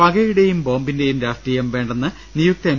പകയുടേയും ബോംബിന്റെയും രാഷ്ട്രീയം വേണ്ടെന്ന് നിയുക്ത എം